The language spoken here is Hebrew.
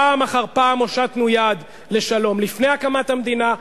פעם אחר פעם הושטנו יד לשלום לפני הקמת המדינה.